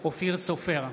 בהצבעה אופיר סופר,